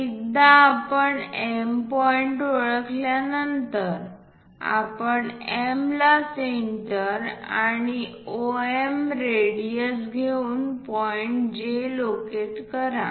एकदा आपण M point ओळखल्यानंतर आपण M ला सेंटर आणि MO रेडियस घेऊन पॉईंट J लोकेट करा